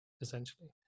essentially